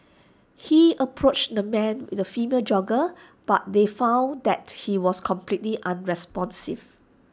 he approached the man with A female jogger but they found that he was completely unresponsive